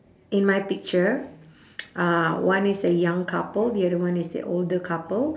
in my picture uh one is a young couple the other one is the older couple